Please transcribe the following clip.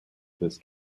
this